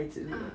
ah